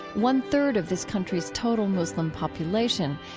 one third of this country's total muslim population,